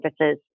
services